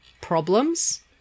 problems